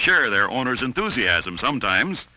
share their owner's enthusiasm sometimes